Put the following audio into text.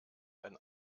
ein